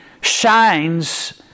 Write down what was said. shines